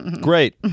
Great